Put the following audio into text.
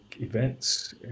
events